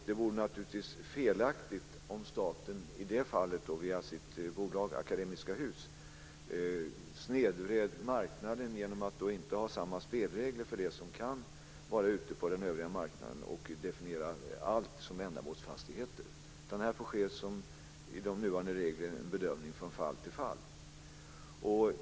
Det vore naturligt felaktigt om staten i det fallet via sitt bolag Akademiska Hus snedvred marknaden genom att då inte ha samma spelregler för det som kan vara ute på den övriga marknaden och definiera allt som ändamålsfastigheter. Det får enligt nuvarande regler ske en bedömning från fall till fall.